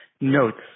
notes